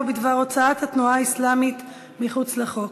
בדבר הוצאת התנועה האסלאמית אל מחוץ לחוק,